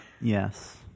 Yes